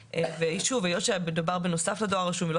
היות שמדובר בנוסף לדואר רשום ולא